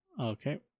Okay